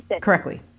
correctly